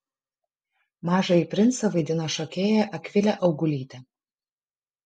mažąjį princą vaidino šokėja akvilė augulytė